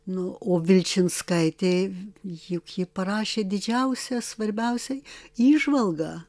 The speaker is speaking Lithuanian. nu o vilčinskaitė juk ji parašė didžiausią svarbiausią įžvalgą